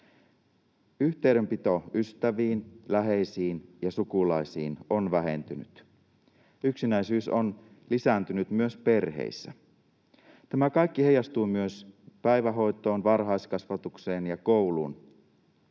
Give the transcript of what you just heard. Yhteydenpito ystäviin, läheisiin ja sukulaisiin on vähentynyt. Yksinäisyys on lisääntynyt myös perheissä. Tämä kaikki heijastuu myös päivähoitoon, varhaiskasvatukseen ja kouluun.